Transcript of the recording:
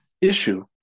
issue